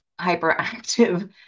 hyperactive